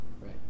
right